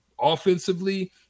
Offensively